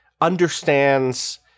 understands